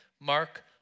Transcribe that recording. Mark